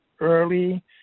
early